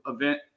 event